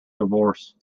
divorce